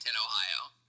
Ohio